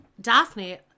Daphne